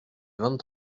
vingt